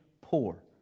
poor